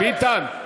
ביטן?